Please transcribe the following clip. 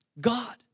God